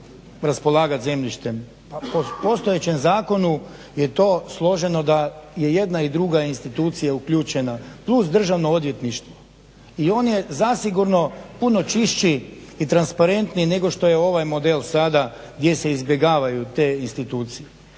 raspolagati zemljištem? Pa po postojećem zakonu je to složeno da je jedna i druga institucija uključena plus Državno odvjetništvo. I on je zasigurno puno čišći i transparentnija nego što je ovaj model sada gdje se izbjegavaju te institucije.